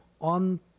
on